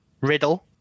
Riddle